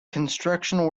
construction